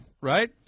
Right